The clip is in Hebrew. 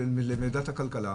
לוועדת הכלכלה,